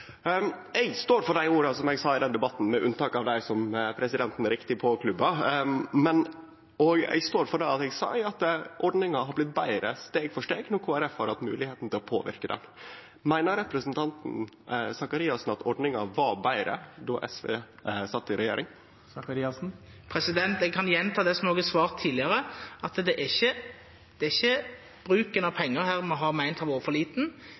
Eg står for dei orda som eg sa i den debatten, med unnatak av dei som presidenten riktig nok klubba for. Eg står for det eg sa om at ordninga har blitt betre steg for steg når Kristeleg Folkeparti har hatt mogelegheit til å påverke. Meiner representanten Faret Sakariassen at ordninga var betre då SV sat i regjering? Jeg kan gjenta det jeg også har svart tidligere. Det er ikke bruken av penger vi har ment har vært for liten.